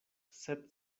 sed